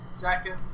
second